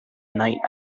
night